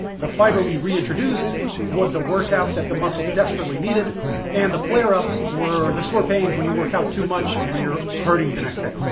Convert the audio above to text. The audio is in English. the fiber we reintroduced was the workout that the muscle desperately needed and the flareups were the sore pains when you work out too much and you're hurting the next day.